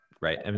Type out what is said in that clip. right